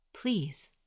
please